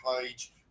page